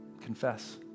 confess